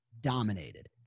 dominated